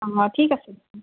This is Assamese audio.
অঁ ঠিক আছে